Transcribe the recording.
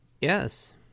Yes